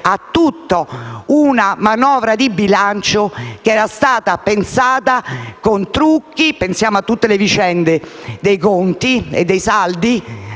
a tutta una manovra di bilancio che era stata pensata con trucchi. Pensiamo a tutte le vicende dei conti e dei saldi,